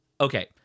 Okay